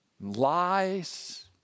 lies